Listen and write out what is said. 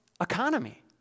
economy